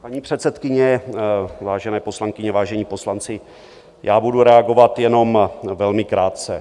Paní předsedkyně, vážené poslankyně, vážení poslanci, já budu reagovat jenom velmi krátce.